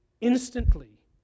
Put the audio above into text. instantly